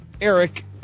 Eric